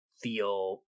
feel